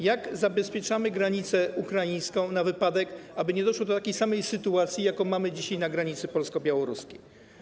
Jak zabezpieczamy granicę ukraińską, aby nie doszło do takiej samej sytuacji, jaką mamy dzisiaj na granicy polsko-białoruskiej?